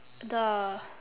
the